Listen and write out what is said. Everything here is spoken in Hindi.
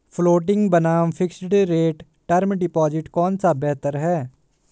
फ्लोटिंग बनाम फिक्स्ड रेट टर्म डिपॉजिट कौन सा बेहतर है?